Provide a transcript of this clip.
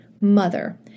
mother